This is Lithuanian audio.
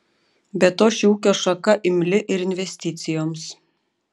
be to ši ūkio šaka imli ir investicijoms